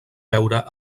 veure